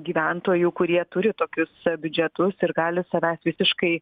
gyventojų kurie turi tokius biudžetus ir gali savęs visiškai